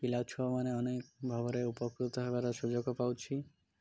ପିଲା ଛୁଆମାନେ ଅନେକ ଭାବରେ ଉପକୃତ ହେବାର ସୁଯୋଗ ପାଉଛି